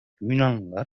yunanlılar